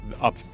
up